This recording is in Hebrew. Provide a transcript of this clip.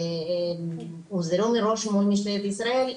שהוסדרו מראש משטרת ישראל,